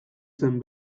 zen